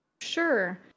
Sure